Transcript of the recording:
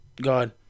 God